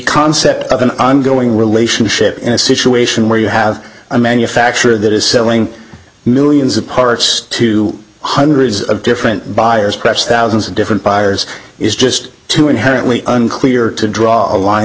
concept of an ongoing relationship in a situation where you have a manufacturer that is selling millions of parts to hundreds of different buyers press thousands of different buyers is just too inherently unclear to draw a line